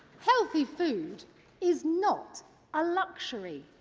healthy food is not a luxury.